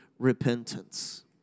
repentance